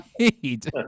right